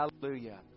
Hallelujah